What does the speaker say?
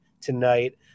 tonight